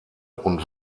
und